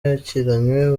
yakiranywe